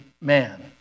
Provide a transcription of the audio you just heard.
man